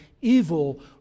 evil